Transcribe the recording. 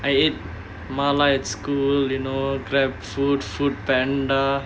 I ate mala at school you know GrabFood FoodPanda